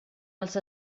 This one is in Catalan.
els